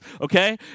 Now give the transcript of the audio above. okay